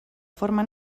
forma